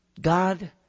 God